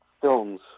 films